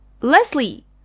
Leslie